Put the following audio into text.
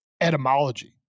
etymology